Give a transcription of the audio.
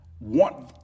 want